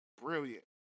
brilliant